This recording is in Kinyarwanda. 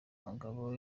kagabo